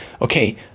okay